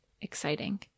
exciting